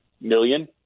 million